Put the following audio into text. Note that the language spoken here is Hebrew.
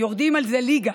יורדים על זה ליגה.